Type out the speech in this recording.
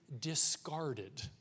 discarded